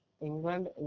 England